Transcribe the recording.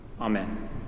Amen